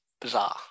bizarre